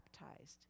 baptized